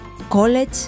college